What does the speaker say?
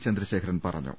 ചന്ദ്രശേഖരൻ പറഞ്ഞു